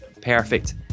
perfect